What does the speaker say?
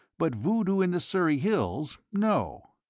but voodoo in the surrey hills, no.